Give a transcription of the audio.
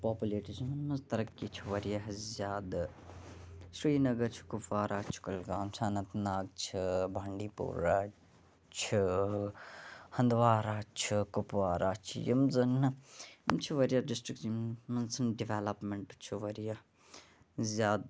پوپلیٹیشنَن مَنٛز تَرَقی چھِ واریاہ زیادٕ شرینَگر چھُ کُپوارا چھُ کُلگام چھُ اَننت ناگ چھِ بانڈی پورہ چھِ ہَنٛدوارہ چھِ کُپوارا چھِ یِم زَن یِم چھِ واریاہ ڈِسٹرک یِمن مَنٛز ڈِوَلَپمنٹ چھ واریاہ زیادٕ